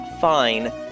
fine